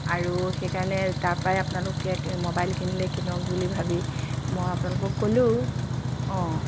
আৰু সেইকাৰণে তাৰপৰাই আপোনালোকে মোবাইল কিনিলে কিনক বুলি ভাবি মই আপোনালোকক ক'লোঁ অঁ